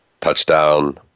touchdown